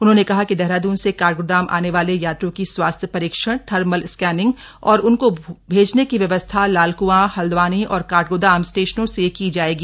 उन्होने कहा कि देहरादून से काठगोदाम आने वाले यात्रियों की स्वास्थ्य परीक्षण थर्मल स्कैनिंग और उनको भैजने की व्यवस्था लालक्आं हल्दवानी और काठगोदाम स्टेशनों से की जायेगी